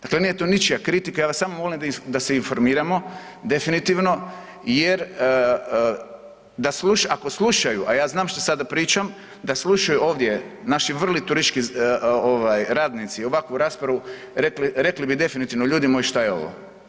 Dakle, nije to ničija kritika, ja vas samo molim da se informiramo definitivno jer da slušaju, ako slušaju, a ja znam šta sada pričam, da slušaju ovdje naši vrli turistički ovaj radnici ovakvu raspravu rekli bi definitivno ljudi moji šta je ovo?